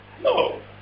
No